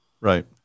Right